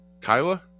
Kyla